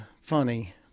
funny